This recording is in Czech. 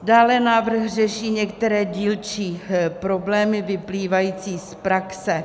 Dále návrh řeší některé dílčí problémy vyplývající z praxe.